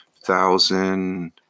thousand